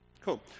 Cool